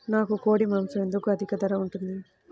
నాకు కోడి మాసం ఎందుకు అధిక ధర ఉంటుంది?